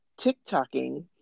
TikToking